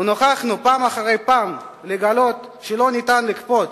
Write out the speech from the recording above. ונוכחנו פעם אחר פעם שלא ניתן לכפות